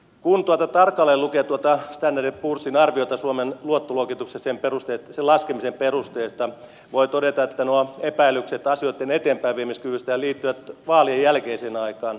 kun tuota standard poorsin arviota suomen luottoluokituksen laskemisen perusteista tarkalleen lukee voi todeta että nuo epäilykset asioitten eteenpäinviemiskyvystä liittyvät vaalien jälkeiseen aikaan